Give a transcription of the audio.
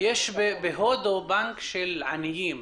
יש בהודו בנק חברתי לעניים.